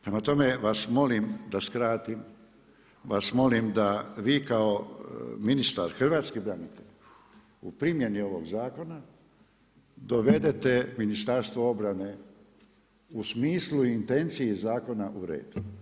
Prema tome vas molim da skratim vas molim da vi kao ministar Hrvatskih branitelja u primjeni ovog zakona dovedete Ministarstvo obrane u smislu intencije zakona u red.